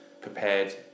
prepared